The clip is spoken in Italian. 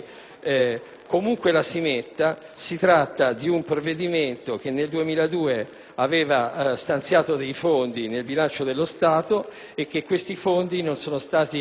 comunque la si metta, si tratta di un provvedimento che nel 2002 aveva stanziato dei fondi nel bilancio dello Stato; questi fondi non sono stati